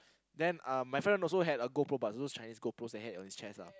then uh my friend also had a GoPro but it's those Chinese GoPro that had on his chest lah